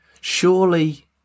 Surely